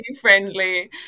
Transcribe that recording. friendly